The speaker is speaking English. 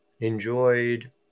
Enjoyed